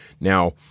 Now